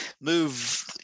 move